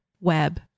web